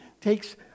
takes